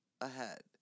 ahead